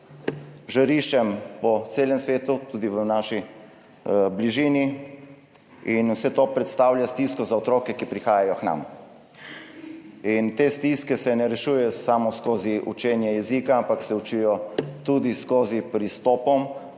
žariščem po celem svetu, tudi v naši bližini, in vse to predstavlja stisko za otroke, ki prihajajo k nam. Te stiske se ne rešujejo samo skozi učenje jezika, ampak se rešujejo tudi skozi pristope.